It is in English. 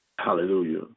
Hallelujah